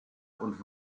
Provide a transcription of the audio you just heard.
und